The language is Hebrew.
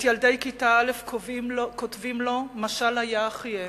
את ילדי כיתה א' כותבים לו משל היה אחיהם,